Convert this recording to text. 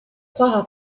croira